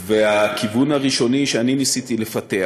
והכיוון הראשוני שניסיתי לפתח